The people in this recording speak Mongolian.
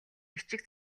бичиг